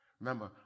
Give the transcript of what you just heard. remember